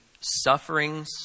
sufferings